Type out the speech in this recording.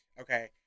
okay